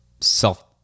self